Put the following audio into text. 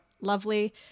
lovely